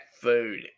food